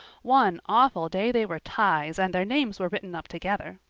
one awful day they were ties and their names were written up together.